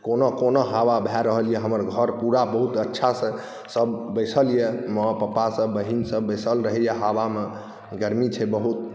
कोना कोना हवा भऽ रहल अइ हमर घर पूरा बहुत अच्छासँ सब बैसल अइ माँ पप्पासब बहिनसब बैसल रहैए हवामे गर्मी छै बहुत